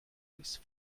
this